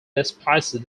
despises